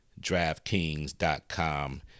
DraftKings.com